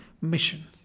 mission